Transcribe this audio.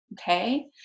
okay